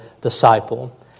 disciple